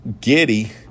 Giddy